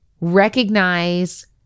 recognize